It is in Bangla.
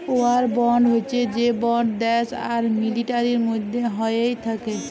ওয়ার বন্ড হচ্যে সে বন্ড দ্যাশ আর মিলিটারির মধ্যে হ্য়েয় থাক্যে